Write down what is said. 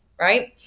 right